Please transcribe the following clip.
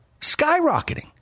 skyrocketing